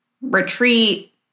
retreat